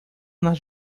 nas